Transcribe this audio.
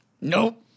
Nope